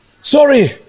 Sorry